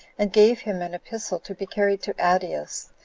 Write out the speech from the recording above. and gave him an epistle to be carried to adeus,